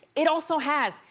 it also has,